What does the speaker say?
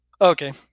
Okay